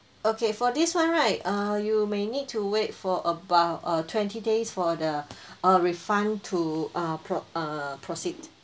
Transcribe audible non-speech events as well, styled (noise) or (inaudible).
okay for this [one] right err you may need to wait for about uh twenty days for the (breath) uh refund to uh pro~ uh proceed